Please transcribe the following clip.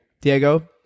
Diego